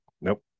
Nope